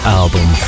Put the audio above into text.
album